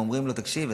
ואומרים לו: תקשיב,